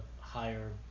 higher